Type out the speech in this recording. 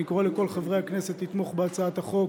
אני קורא לכל חברי הכנסת לתמוך בהצעת החוק.